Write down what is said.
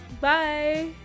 Bye